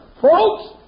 Folks